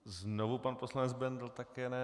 Znovu pan poslanec Bendl, také ne.